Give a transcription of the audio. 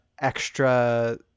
extra